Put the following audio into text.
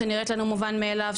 שנראית לנו מובן מאליו,